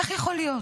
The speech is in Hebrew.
איך יכול להיות?